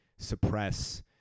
suppress